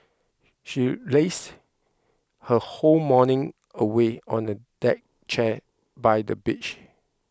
she lazed her whole morning away on a deck chair by the beach